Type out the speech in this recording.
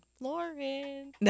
Lauren